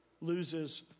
loses